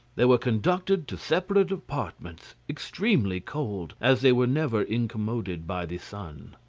they were conducted to separate apartments, extremely cold, as they were never incommoded by the sun.